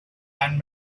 and